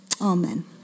Amen